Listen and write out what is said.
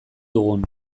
dugun